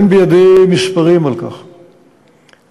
אין בידי מספרים על כך כרגע.